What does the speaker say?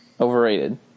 Overrated